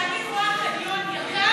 תדעי לך שכאשר אני רואה חניון יקר,